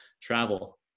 travel